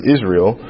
Israel